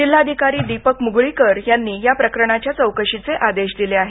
जिल्हाधिकारी दिपक मुगळीकर यांनी या प्रकरणाच्या चौकशीचे आदेश दिले आहेत